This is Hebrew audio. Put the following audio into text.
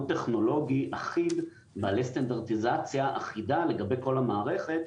טכנולוגי אחיד ובעל סטנדרטיזציה אחידה לגבי כל המערכת,